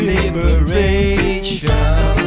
Liberation